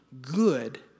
good